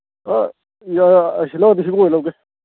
ꯍꯣꯏ ꯑꯣꯏ ꯂꯧꯒꯦ